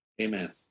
Amen